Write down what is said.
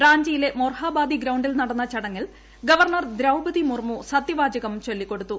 റാഞ്ചിയിലെ മൊർഹാബാദി ഗ്രൌണ്ടിൽ നടന്ന ചടങ്ങിൽ ഗവർണർ ദ്രൌപതി മുർമു സത്യവാചകം ചൊല്ലിക്കൊടുത്തു